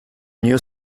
new